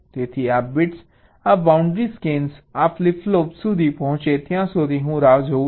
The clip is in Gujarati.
તેથી આ બિટ્સ આ બાઉન્ડ્રી સ્કેન આ ફ્લિપ ફ્લોપ સુધી પહોંચે ત્યાં સુધી હું રાહ જોઉં છું